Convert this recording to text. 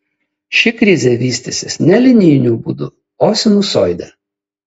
ši krizė vystysis ne linijiniu būdu o sinusoide